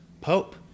Pope